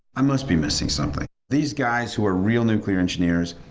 i must be missing something. these guys who are real nuclear engineers,